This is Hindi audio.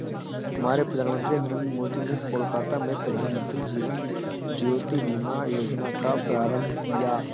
हमारे प्रधानमंत्री नरेंद्र मोदी ने कोलकाता में प्रधानमंत्री जीवन ज्योति बीमा योजना का प्रारंभ किया